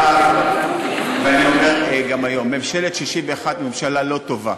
בעבר ואני אומר גם היום: ממשלת 61 היא ממשלה לא טובה,